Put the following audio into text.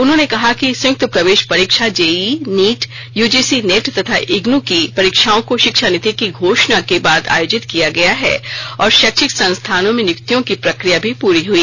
उन्होंने कहा कि संयुक्त प्रवेश परीक्षा जेईई नीट यूजीसी नेट तथा इग्नू की परीक्षाओं को शिक्षा नीति की घोषणा के बाद आयोजित किया गया और शैक्षिक संस्थानों में नियुक्तयिों की प्रक्रिया भी पूरी हुई